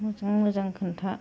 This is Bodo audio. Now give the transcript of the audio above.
मोजां मोजां खोन्था